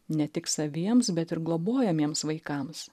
ne tik saviems bet ir globojamiems vaikams